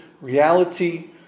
reality